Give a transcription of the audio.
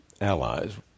allies